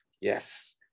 Yes